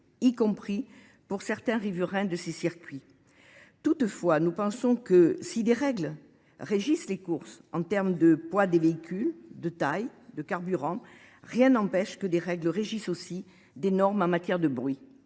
y compris pour certains riverains de ces circuits. Toutefois, nous pensons que si des règles régissent les courses en termes de poids des véhicules, de taille, de carburant, rien n'empêche que des règles régissent aussi des normes en matière de bruit.